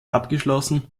abgeschlossen